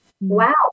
Wow